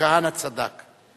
ו"כהנא צדק".